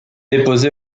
déposé